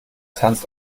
tanzt